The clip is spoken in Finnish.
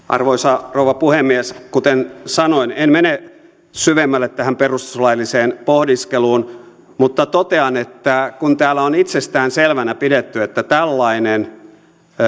arvoisa rouva puhemies kuten sanoin en mene syvemmälle tähän perustuslailliseen pohdiskeluun mutta totean että kun täällä on itsestään selvänä pidetty että tällainen